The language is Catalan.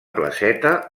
placeta